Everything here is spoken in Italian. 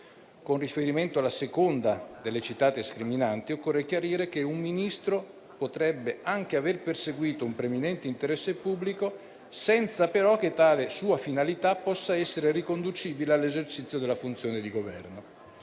Con riferimento alla seconda delle citate scriminanti, occorre chiarire che un Ministro potrebbe anche aver perseguito un preminente interesse pubblico, senza però che tale sua finalità possa essere riconducibile all'esercizio della funzione di Governo.